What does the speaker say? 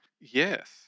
Yes